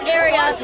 area